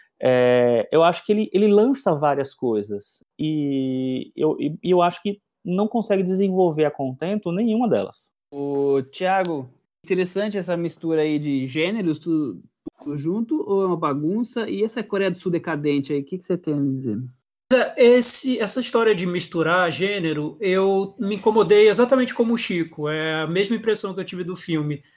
É, eu acho que ele- ele lança várias coisas, e eu- e- e eu acho que não consegue desenvolver a contento nenhuma delas. Ô, Thiago, interessante essa mistura aí de gêneros, tu- tudo junto, ou é uma bagunça? E essa Coreia do Sul decadente aí, o que que você tem a me dizer? Esse- essa história de misturar gênero, eu me incomodei exatamente como o Chico. É a mesma impressão que eu tive do filme.